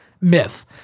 myth